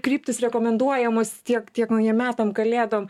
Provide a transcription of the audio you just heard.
kryptys rekomenduojamos tiek tiek naujiem metam kalėdom